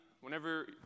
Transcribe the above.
whenever